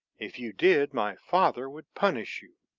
if you did my father would punish you.